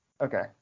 Okay